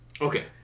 Okay